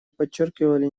подчеркивали